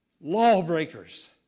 lawbreakers